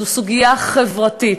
זו סוגיה חברתית,